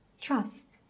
Trust